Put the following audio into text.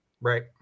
Right